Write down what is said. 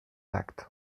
acte